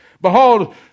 behold